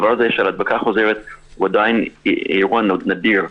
הדבר הזה של הדבקה חוזרת הוא עדיין אירוע נדיר.